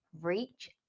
reach